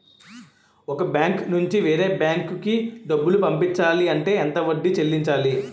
ఒక బ్యాంక్ నుంచి వేరే బ్యాంక్ కి డబ్బులు పంపించాలి అంటే ఎంత వడ్డీ చెల్లించాలి?